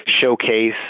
showcase